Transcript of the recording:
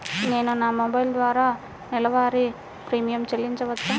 నేను నా మొబైల్ ద్వారా నెలవారీ ప్రీమియం చెల్లించవచ్చా?